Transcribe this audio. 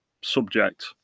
subject